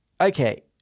Okay